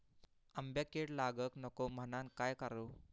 आंब्यक कीड लागाक नको म्हनान काय करू?